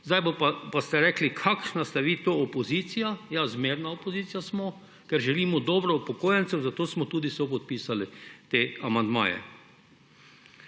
Sedaj boste pa rekli – Kakšna ste vi to opozicija?! Zmerna opozicija smo, ker želimo dobro upokojencem, zato smo tudi sopodpisali te amandmaje.